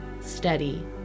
steady